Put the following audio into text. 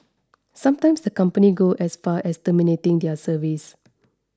sometimes the company go as far as terminating their service